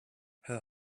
her